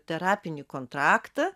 terapinį kontraktą